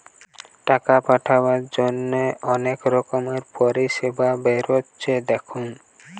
টাকা পাঠাবার জন্যে অনেক রকমের পরিষেবা বেরাচ্ছে দেখুন